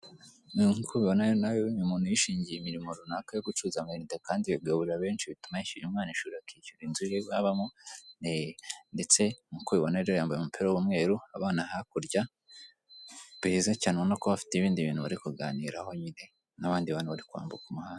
Ni uko babanayo nawe muntu yishingiye imirimo runaka yo gucuruza amayinite kandi bigaburarira benshi bituma yishyura umwana ishuri akishyura inzu ye babamo ndetse nuko ubibona yambaye umupira w'umweru abana hakurya beza cyane ubonako bafite ibindi bintu bari kuganiraho nyine n'abandi bantu bari kwambuka umuhanda.